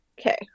Okay